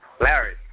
Larry